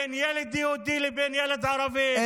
בין ילד יהודי לבין ילד ערבי,